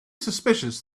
suspicious